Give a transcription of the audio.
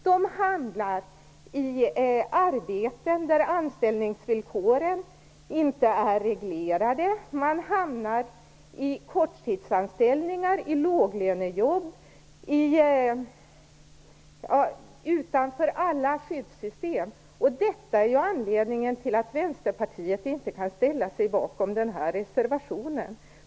De hamnar i arbeten där anställningsvillkoren inte är reglerade, i korttidsanställningar, i låglönejobb och utanför alla skyddssystem. Detta är anledningen till att Vänsterpartiet inte kan ställa sig bakom den här reservationen.